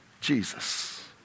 Jesus